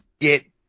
get